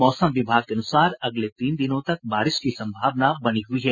मौसम विभाग के अनुसार अगले तीन दिनों तक बारिश की संभावना बनी हुई है